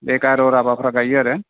बे गार' राभाफ्रा गायो आरो